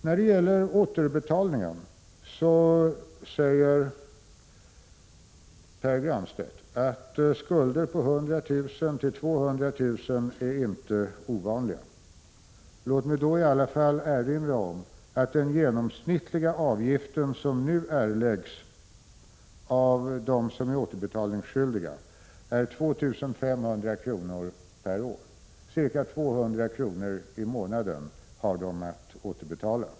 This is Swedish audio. När det gäller återbetalningen säger Pär Granstedt att skulder på 100 000-200 000 kr. inte är ovanliga. Låt mig då i alla fall erinra om att den genomsnittliga avgift som nu erläggs av dem som är återbetalningsskyldiga är 2 500 kr. per år — ca 200 kr. i månaden har de att återbetala.